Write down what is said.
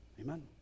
Amen